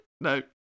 no